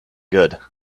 good